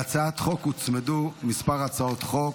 להצעת החוק הוצמדו כמה הצעות חוק.